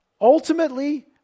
Ultimately